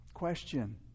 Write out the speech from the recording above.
question